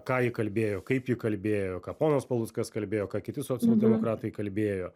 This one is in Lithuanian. ką ji kalbėjo kaip ji kalbėjo ką ponas paluckas kalbėjo ką kiti socialdemokratai kalbėjo